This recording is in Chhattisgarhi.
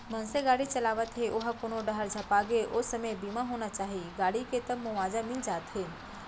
मनसे गाड़ी चलात हे ओहा कोनो डाहर झपागे ओ समे बीमा होना चाही गाड़ी के तब मुवाजा मिल जाथे